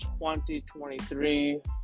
2023